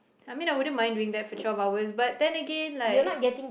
I mean I wouldn't mind doing that for twelve hours but then again like